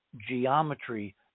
geometry